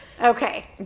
okay